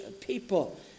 people